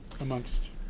amongst